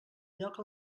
lloc